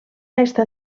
està